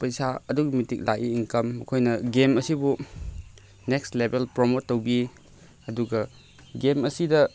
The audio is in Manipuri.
ꯄꯩꯁꯥ ꯑꯗꯨꯛꯀꯤ ꯃꯇꯤꯛ ꯂꯥꯛꯏ ꯏꯟꯀꯝ ꯃꯈꯣꯏꯅ ꯒꯦꯝ ꯑꯁꯤꯕꯨ ꯅꯦꯛꯁ ꯂꯦꯕꯦꯜ ꯄ꯭ꯔꯣꯃꯣꯠ ꯇꯧꯕꯤ ꯑꯗꯨꯒ ꯒꯦꯝ ꯑꯁꯤꯗ